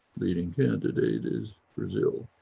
leading candidate is brazil,